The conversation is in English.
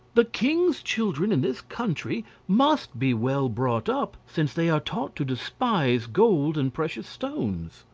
the king's children in this country must be well brought up, since they are taught to despise gold and precious stones.